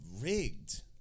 Rigged